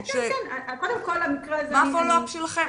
מה הפולו-אפ שלכם?